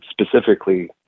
specifically